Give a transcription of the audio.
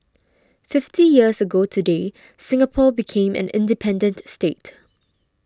fifty years ago today Singapore became an independent state